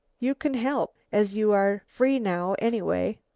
you can help, as you are free now anyway.